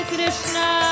Krishna